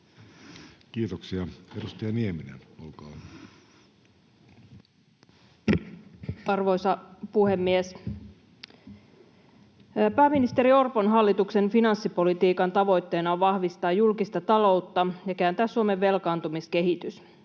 Kiitoksia. — Edustaja Nieminen, olkaa hyvä. Arvoisa puhemies! Pääministeri Orpon hallituksen finanssipolitiikan tavoitteena on vahvistaa julkista taloutta ja kääntää Suomen velkaantumiskehitys.